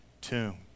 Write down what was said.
tomb